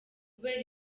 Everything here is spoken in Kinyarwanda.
kubera